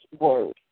word